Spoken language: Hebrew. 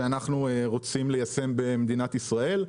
שאנחנו רוצים ליישם במדינת ישראל.